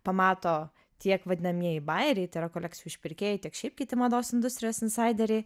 pamato tiek vadinamieji bajeriai tai yra kolekcijų išpirkėjai tiek šiaip kiti mados industrijos insaideriai